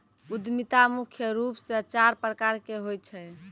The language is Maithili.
उद्यमिता मुख्य रूप से चार प्रकार के होय छै